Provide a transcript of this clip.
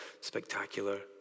spectacular